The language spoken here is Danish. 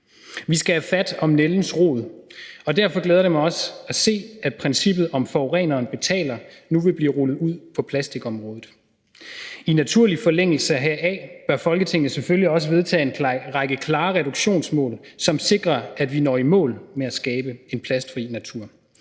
Vi skal tage fat om nældens rod, og derfor glæder det mig også at se, at princippet om, at forureneren betaler, nu vil blive rullet ud på plastikområdet. I naturlig forlængelse heraf bør Folketinget selvfølgelig også vedtage en række klare reduktionsmål, som sikrer, at vi når i mål med at skabe en plastfri natur.